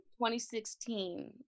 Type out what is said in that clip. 2016